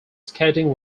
skating